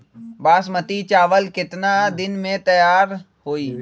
बासमती चावल केतना दिन में तयार होई?